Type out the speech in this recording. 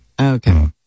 Okay